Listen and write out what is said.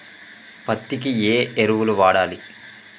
పత్తి కి ఏ ఎరువులు వాడాలి?